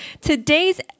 today's